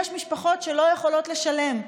יש משפחות שלא יכולות לשלם,